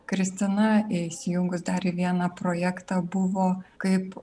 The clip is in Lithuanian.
kristina įsijungus dar į vieną projektą buvo kaip